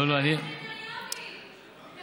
אתה משנה קריטריונים.